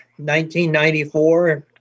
1994